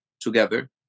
together